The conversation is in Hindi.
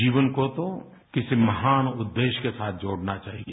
जीवन को तो किसी महान उद्देश्य के साथ जोड़ना चाहिए